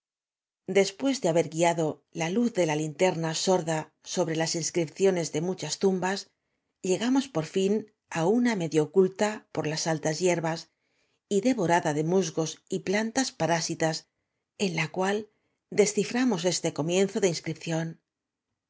después de ha ber guiado la luz de la linterna sorda sobre las inscripcioaes de muchas tumbas llegamos por fin á una medio oculta por las altas hierbas y devorada de musgos y plantas parásitas ea la cual desciframos este comienzo de inscripción